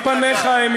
לא ראיתי בתקנון,